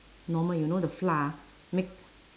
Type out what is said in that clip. normal you know the flour make